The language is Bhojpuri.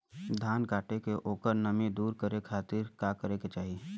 धान कांटेके ओकर नमी दूर करे खाती का करे के चाही?